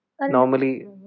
Normally